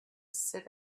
sit